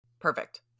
Perfect